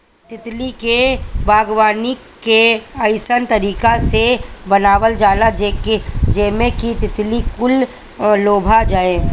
तितली के बागवानी के अइसन तरीका से बनावल जाला जेमें कि तितली कुल लोभा जाये